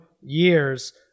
years